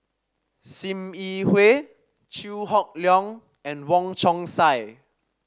Sim Yi Hui Chew Hock Leong and Wong Chong Sai